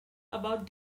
about